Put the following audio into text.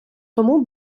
тому